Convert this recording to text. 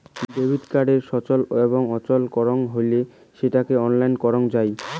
debit কার্ডকে সচল এবং অচল করাং হলি সেটো অনলাইনে করাং যাই